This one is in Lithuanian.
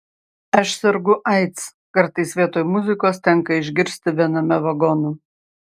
aš sergu aids kartais vietoj muzikos tenka išgirsti viename vagonų